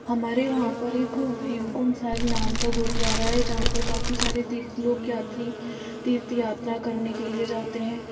हमारे वहाँ पर एक पर एक हेमकुण्ड साहिब नाम का गुरुद्वारा है जहाँ पर काफी सारे तीर्थ लोग यात्री तीर्थयात्रा करने के लिए जाते हैं